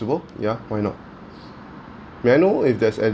~ble ya why not may I know if there's ad~